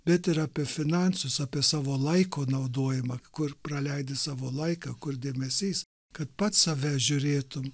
bet ir apie finansus apie savo laiko naudojimą kur praleidi savo laiką kur dėmesys kad pats save žiūrėtum